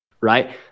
right